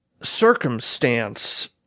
circumstance